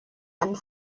and